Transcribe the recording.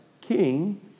King